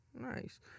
Nice